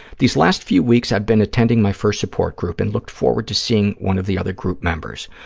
these last few weeks i've been attending my first support group and looked forward to seeing one of the other group members.